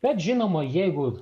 bet žinoma jeigu